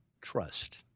trust